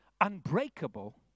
unbreakable